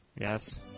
Yes